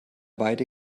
weide